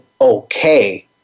okay